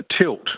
tilt